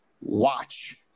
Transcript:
Watch